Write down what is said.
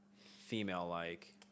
female-like